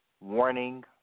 Warning